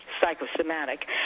psychosomatic